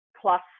plus